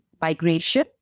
migration